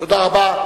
תודה רבה.